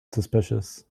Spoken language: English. suspicious